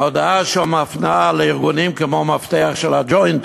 ההודעה שם מפנה לארגונים כמו "מפתח" של ה"ג'וינט",